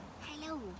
Hello